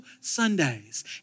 Sundays